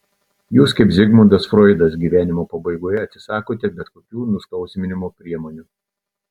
jūs kaip zigmundas froidas gyvenimo pabaigoje atsisakote bet kokių nuskausminimo priemonių